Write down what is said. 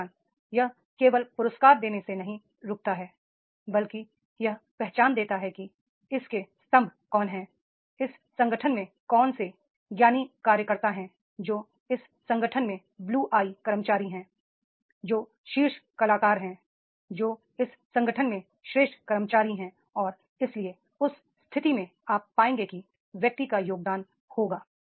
पहचान यह केवल पुरस्कार देने से नहीं रुकता है बल्कि यह पहचान देता है कि इस के स्तंभ कौन हैं इस संगठन में कौन से ज्ञानी कार्यकर्ता हैं जो इस संगठन में ब्लू आई कर्मचारी हैं जो शीर्ष कलाकार हैं जो इस संगठन में सर्वश्रेष्ठ कर्मचारी हैं और इसलिए उस स्थिति में आप पाएंगे कि व्यक्ति का योगदान होगा